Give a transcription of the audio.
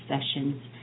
sessions